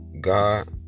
God